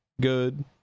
good